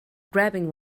grabbing